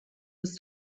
was